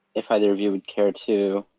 if either of you would care to